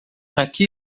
aqui